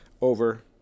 over